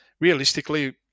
Realistically